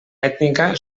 ètnica